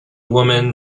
women